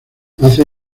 hace